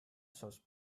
source